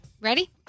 Ready